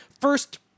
first